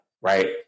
right